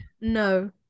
no